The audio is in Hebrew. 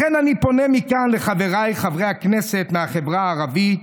לכן אני פונה מכאן לחבריי חברי הכנסת מהחברה הערבית.